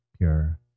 pure